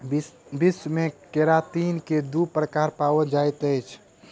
विश्व मे केरातिन के दू प्रकार पाओल जाइत अछि